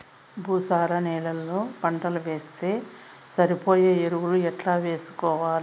భూసార నేలలో పంటలు వేస్తే సరిపోయే ఎరువులు ఎట్లా వేసుకోవాలి?